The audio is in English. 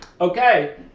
okay